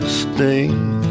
sting